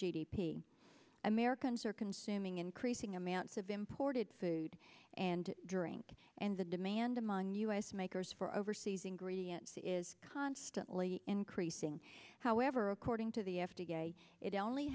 p americans are consuming increasing amounts of import food and drink and the demand among u s makers for overseas ingredients is constantly increasing however according to the f d a it only